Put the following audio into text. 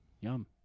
Yum